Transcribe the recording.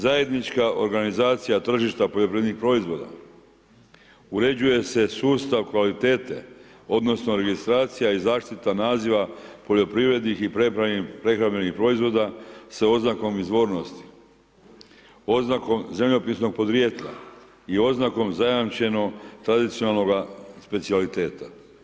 Zajednička organizacija tržišta poljoprivrednih proizvoda, uređuje se sustav kvalitete odnosno registracija i zaštita naziva poljoprivrednih i prehrambenih proizvoda sa oznakom izvornosti, oznakom zemljopisnog podrijetla i oznakom zajamčeno tradicionalnoga specijaliteta.